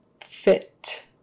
fit